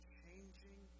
changing